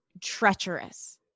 treacherous